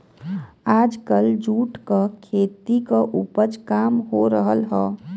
आजकल जूट क खेती क उपज काम हो रहल हौ